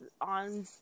on